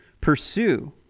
Pursue